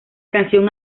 canción